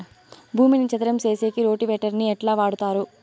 భూమిని చదరం సేసేకి రోటివేటర్ ని ఎట్లా వాడుతారు?